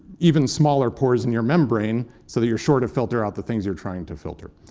even smaller pores in your membrane, so that you're sure to filter out the things you're trying to filter.